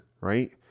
Right